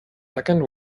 second